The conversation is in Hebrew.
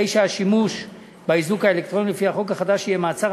הרי השימוש באיזוק האלקטרוני לפי החוק החדש יהיה מעצר